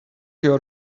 your